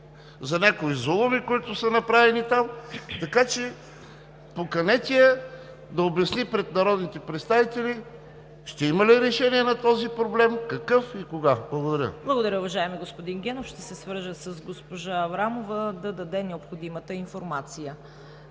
за някои зулуми, които са направени там, така че поканете я да обясни пред народните представители ще има ли решение на този проблем, какъв и кога. Благодаря. ПРЕДСЕДАТЕЛ ЦВЕТА КАРАЯНЧЕВА: Благодаря, уважаеми господин Генов. Ще се свържа с госпожа Аврамова да даде необходимата информация.